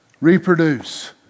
reproduce